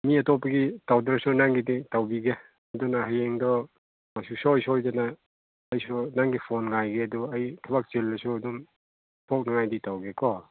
ꯃꯤ ꯑꯇꯣꯞꯄꯒꯤ ꯇꯧꯗ꯭ꯔꯁꯨ ꯅꯪꯒꯤꯗꯤ ꯇꯧꯕꯤꯒꯦ ꯑꯗꯨꯅ ꯍꯌꯦꯡꯗꯣ ꯁꯨꯡꯁꯣꯏ ꯁꯣꯏꯗꯅ ꯑꯩꯁꯨ ꯅꯪꯒꯤ ꯐꯣꯟ ꯉꯥꯏꯒꯦ ꯑꯗꯨ ꯑꯩ ꯊꯕꯛ ꯆꯤꯜꯂꯁꯨ ꯑꯗꯨꯝ ꯊꯣꯛꯅꯉꯥꯏꯗꯤ ꯇꯧꯒꯦꯀꯣ